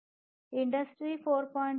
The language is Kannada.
ಇಂಡಸ್ಟ್ರಿ 4